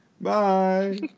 Bye